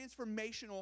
transformational